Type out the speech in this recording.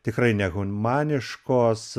tikrai nehumaniškos